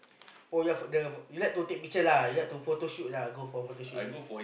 for your phone the you like to take picture lah you like to photo shoot lah go for photo shoot is it